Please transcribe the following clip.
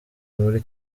muri